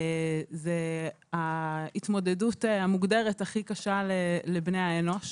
זאת ההתמודדות המוגדרת הכי קשה לבני אנוש